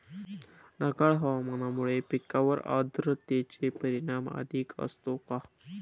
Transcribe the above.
ढगाळ हवामानामुळे पिकांवर आर्द्रतेचे परिणाम अधिक असतो का?